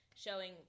Showing